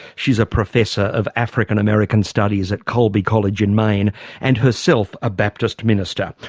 she's a professor of african american studies at colby college in maine and herself a baptist minister.